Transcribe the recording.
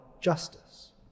justice